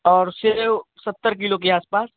और सेब सत्तर किलो के आस पास